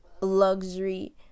luxury